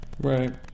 Right